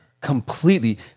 Completely